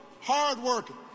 hardworking